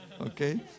Okay